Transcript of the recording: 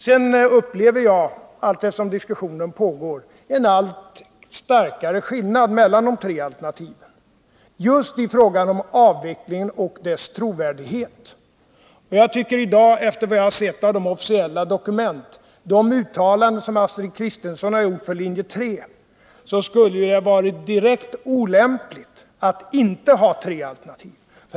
Jag upplever allteftersom diskussionen pågår en allt starkare skillnad mellan de tre alternativen just i fråga om avvecklingen och dess trovärdighet. Jag tyckeri dag, efter vad jag sett av de officiella dokument och de uttalanden som Astrid Kristensson har gjort om linje 3, att det skulle ha varit direkt olämpligt att inte ha tre alternativ.